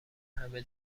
همه